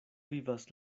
vivas